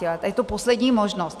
A je to poslední možnost.